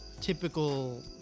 typical